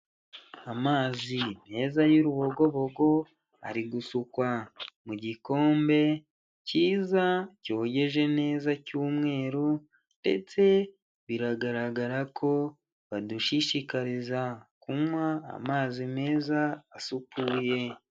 Amazi meza y'urubogobogo ari gusukwa mu gikombe cyiza, cyogeje neza cy'umweru ndetse biragaragara ko badushishikariza kunywa amazi meza, asukuye.